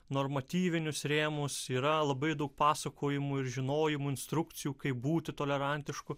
normatyvinius rėmus yra labai daug pasakojimų ir žinojimo instrukcijų kaip būti tolerantišku